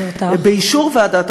בבירור שנעשה